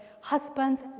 husbands